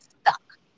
stuck